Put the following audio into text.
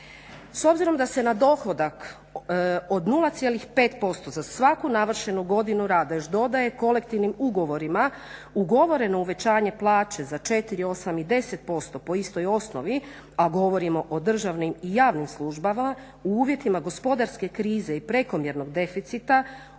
S obzirom da se na dohodak od 0,5% za svaku navršenu godinu rada još dodaje kolektivnim ugovorima ugovoreno uvećanje plaće za 4, 8 i 10% po istoj osnovi, a govorimo o državnim i javnim službama u uvjetima gospodarske krize i prekomjernog deficita